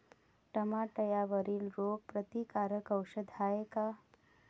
टमाट्यावरील रोग प्रतीकारक औषध हाये का?